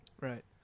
Right